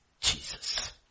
Jesus